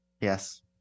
Yes